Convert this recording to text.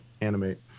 animate